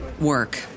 work